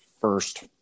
first